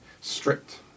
stripped